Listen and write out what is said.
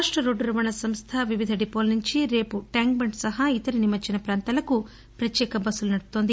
రాష్ట రోడ్డు రవాణా సంస్ట వివిధ డిపోల నుంచి రేపు ట్యాంక్బండ్ సహా ఇతర నిమజ్జన పాంతాలకు పత్యేక బస్సులను నడుపుతోంది